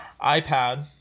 iPad